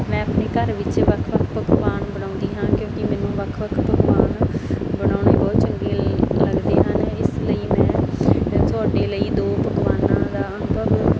ਮੈਂ ਆਪਣੇ ਘਰ ਵਿੱਚ ਵੱਖ ਵੱਖ ਪਕਵਾਨ ਬਣਾਉਂਦੀ ਹਾਂ ਕਿਉਂਕਿ ਮੈਨੂੰ ਵੱਖ ਵੱਖ ਪਕਵਾਨ ਬਣਾਉਣੇ ਬਹੁਤ ਚੰਗੇ ਲੱਗਦੇ ਹਨ ਇਸ ਲਈ ਮੈਂ ਤੁਹਾਡੇ ਲਈ ਦੋ ਪਕਵਾਨਾਂ ਦਾ ਅਨੁਭਵ